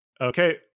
Okay